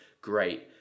great